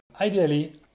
Ideally